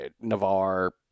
Navarre